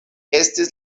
estis